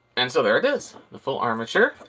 and so there it is, the full armature.